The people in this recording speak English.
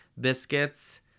biscuits